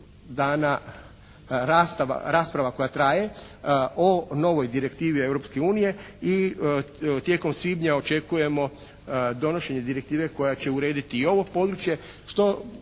dana rasprava koja traje o novoj direktivi Europske unije i tijekom svibnja očekujemo donošenje direktive koja će urediti i ovo područje